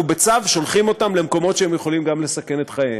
אנחנו בצו שולחים אותם למקומות שבהם הם יכולים גם לסכן את חייהם.